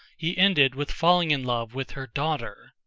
he ended with falling in love with her daughter.